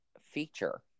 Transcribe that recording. feature